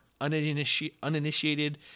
uninitiated